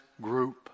group